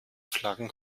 flaggen